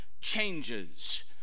changes